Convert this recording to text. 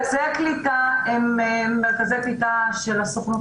מרכזי קליטה הם מרכזי קליטה של הסוכנות